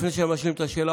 לפני שאני משלים את השאלה,